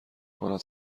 کند